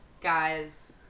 guys